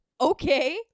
Okay